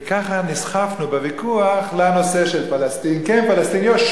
וככה נסחפנו בוויכוח לנושא של פלסטין כן פלסטין לא.